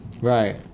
Right